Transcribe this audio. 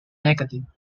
negative